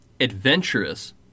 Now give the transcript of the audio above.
adventurous